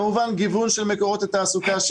כמובן גיוון של מקורות התעסוקה,